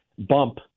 bump